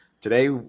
Today